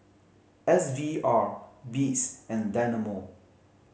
S V R Beats and Dynamo